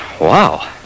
Wow